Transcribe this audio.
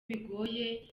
bigoye